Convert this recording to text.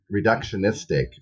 reductionistic